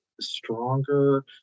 stronger